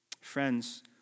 Friends